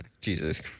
Jesus